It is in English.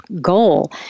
goal